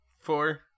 four